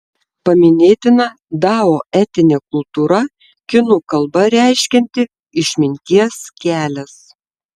paminėtina dao etinė kultūra kinų kalba reiškianti išminties kelias